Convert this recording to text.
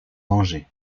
danger